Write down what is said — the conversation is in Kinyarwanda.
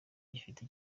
gifite